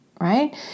right